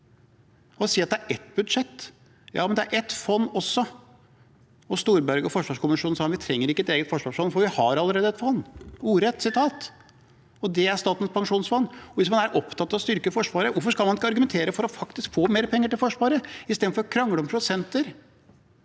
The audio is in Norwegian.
sier det er ett budsjett. Ja, men det er ett fond også. Storberget og forsvarskommisjonen sa vi ikke trenger et eget forsvarsfond, for vi har allerede et fond, og det er Statens pensjonsfond utland. Hvis man er opptatt av å styrke Forsvaret, hvorfor kan man ikke argumentere for faktisk å få mer penger til Forsvaret istedenfor å krangle om prosenter?